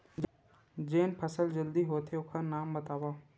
जेन फसल जल्दी होथे ओखर नाम बतावव?